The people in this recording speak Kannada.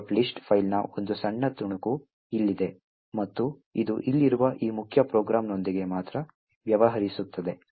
lst ಫೈಲ್ನ ಒಂದು ಸಣ್ಣ ತುಣುಕು ಇಲ್ಲಿದೆ ಮತ್ತು ಇದು ಇಲ್ಲಿರುವ ಈ ಮುಖ್ಯ ಪ್ರೋಗ್ರಾಂನೊಂದಿಗೆ ಮಾತ್ರ ವ್ಯವಹರಿಸುತ್ತದೆ